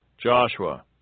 Joshua